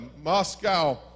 Moscow